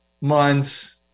months